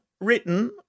written